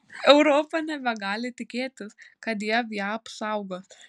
europa nebegali tikėtis kad jav ją apsaugos